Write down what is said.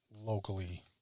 locally